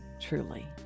truly